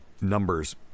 numbers